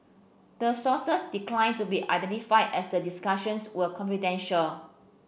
the sources declined to be identified as the discussions were confidential